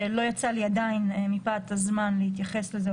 שלא יצא לי עדיין מפאת הזמן להתייחס לזה,